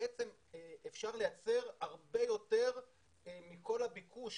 אפשר לייצר הרבה יותר מכל הביקוש